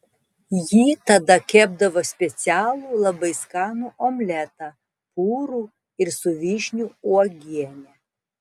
ji tada kepdavo specialų labai skanų omletą purų ir su vyšnių uogiene